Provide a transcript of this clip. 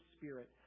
spirit